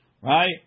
right